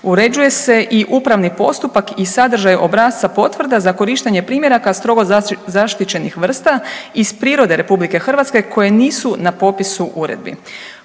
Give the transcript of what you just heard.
Uređuje se i upravni postupak i sadržaj obrasca potvrda za korištenje primjeraka strogo zaštićenih vrsta iz prirode RH koje nisu na popisu uredbu.